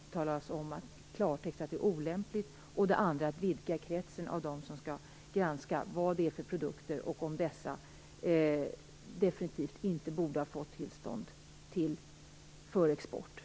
Jag vill vädja till statsrådet att göra det och att vidga kretsen av dem som skall granska vilka produkter det gäller och om dessa kanske inte borde ha fått exporttillstånd.